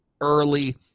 early